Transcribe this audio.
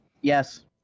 Yes